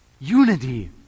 Unity